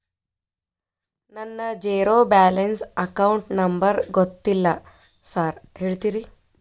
ನನ್ನ zero balance account number ಗೊತ್ತಿಲ್ಲ sir ಹೇಳ್ತೇರಿ?